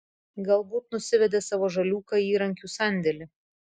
galbūt nusivedė savo žaliūką į įrankių sandėlį